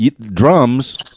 drums